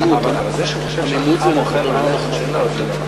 וגם הבן הרשע מוזמן לליל הסדר.